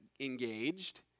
engaged